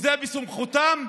בסמכותם,